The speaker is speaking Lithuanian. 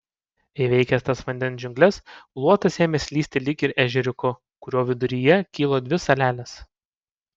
įveikęs tas vandens džiungles luotas ėmė slysti lyg ir ežeriuku kurio viduryje kilo dvi salelės